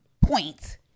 point